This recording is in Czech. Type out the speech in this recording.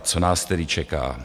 Co nás tedy čeká?